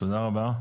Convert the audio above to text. תודה רבה.